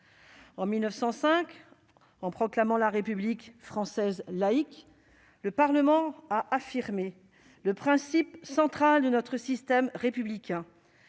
En 1905, en proclamant la République française laïque, le Parlement a affirmé le principe central de notre système républicain